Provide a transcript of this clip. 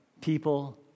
people